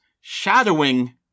shadowing